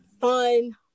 fun